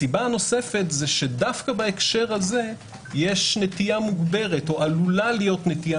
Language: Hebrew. הסיבה הנוספת היא שדווקא בהקשר הזה עלולה להיות נטייה